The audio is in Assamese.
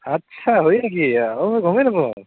আচ্ছা হয় নেকি অঁ মই গমেই নাপাওঁ